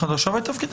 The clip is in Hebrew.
את חדשה בתפקידך?